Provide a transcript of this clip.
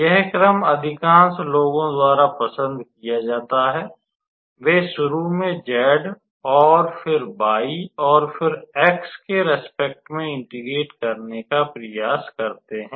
यह क्रम अधिकांश लोगों द्वारा पसंद किया जाता है वे शुरू में z और फिर y और फिर x के प्रति इंटेग्रेट करने का प्रयास करते हैं